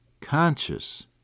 conscious